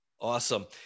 Awesome